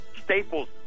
Staples